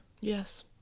Yes